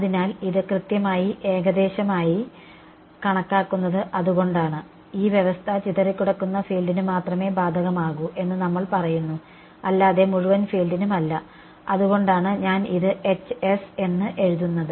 അതിനാൽ ഇത് കൃത്യമായി ഏകദേശമായി കണക്കാക്കുന്നത് അതുകൊണ്ടാണ് ഈ വ്യവസ്ഥ ചിതറിക്കിടക്കുന്ന ഫീൽഡിന് മാത്രമേ ബാധകമാകൂ എന്ന് നമ്മൾ പറയന്നു അല്ലാതെ മുഴുവൻ ഫീൽഡിനും അല്ല അതുകൊണ്ടാണ് ഞാൻ ഇത് എഴുതുന്നത്